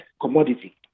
commodity